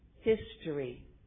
history